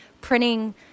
printing